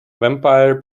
vampire